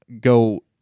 go